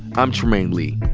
i'm trymaine lee.